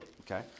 okay